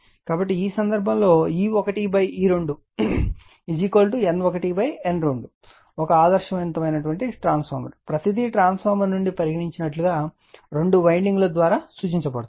కాబట్టి ఈ సందర్భంలో E1 E2 N1 N2 ఒక ఆదర్శవంతమైన ట్రాన్స్ఫార్మర్ ప్రతిదీ ట్రాన్స్ఫార్మర్ నుండి పరిగణించినట్లుగా రెండు వైండింగ్ ల ద్వారా సూచించబడుతుంది